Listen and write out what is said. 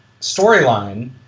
storyline